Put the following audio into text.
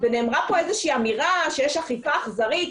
נאמרה כאן איזושהי אמירה שיש אכיפה אכזרית,